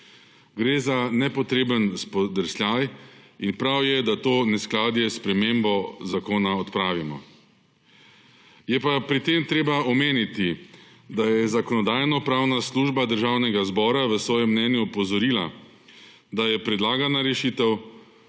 Gre za nepotreben spodrsljaj in prav je, da to neskladje, spremembo zakona odpravimo. Je pa pri tem treba omeniti, da je Zakonodajno-pravna služba Državnega zbora v svojem mnenju opozorila, da je predlagana rešitev